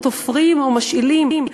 או תופרים או משאילים?